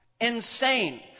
Insane